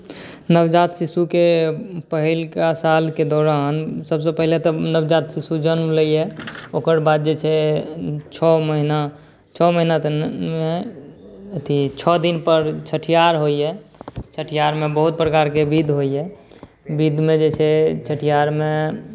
नवजात शिशुके पहिलुका सालके दौरान सबसँ पहिले तऽ नवजात शिशु जन्म लैए ओकर बाद जे छै छओ महिना छओ महिना तऽ नहिए अथी छओ दिनपर छठिहार होइए छठिहारमे बहुत प्रकारके विध होइए विधमे जे छै छठिहारमे